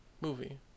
Movie